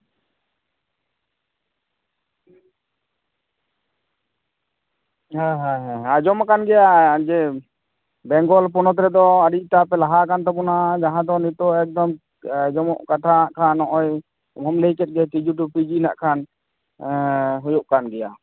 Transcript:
ᱦᱮᱸ ᱦᱮᱸ ᱦᱮᱸ ᱟᱸᱡᱚᱢᱟᱠᱟᱱ ᱜᱮᱭᱟ ᱡᱮ ᱵᱮᱝᱜᱚᱞ ᱯᱚᱱᱚᱛ ᱨᱮᱫᱚ ᱟᱹᱰᱤ ᱮᱴᱟᱜ ᱯᱮ ᱞᱟᱦᱟ ᱟᱠᱟᱱ ᱛᱟᱵᱚᱱᱟ ᱡᱟᱦᱟᱸ ᱫᱚ ᱱᱤᱛᱳᱜ ᱮᱠᱫᱚᱢ ᱟᱸᱡᱚᱢᱚᱜ ᱠᱟᱛᱷᱟ ᱦᱟᱸᱜ ᱠᱷᱟᱱ ᱱᱚᱜᱼᱚᱭ ᱟᱢ ᱦᱚᱸᱢ ᱞᱟᱹᱭ ᱠᱮᱫ ᱜᱮᱭᱟ K G to P G ᱱᱟᱜ ᱠᱷᱟᱱ ᱦᱩᱭᱩᱜ ᱠᱟᱱ ᱜᱮᱭᱟ